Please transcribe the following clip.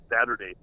Saturday